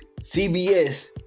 CBS